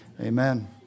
Amen